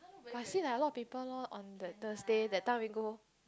but see like a lot of people lor on that Thursday that time we go